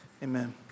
Amen